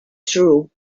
through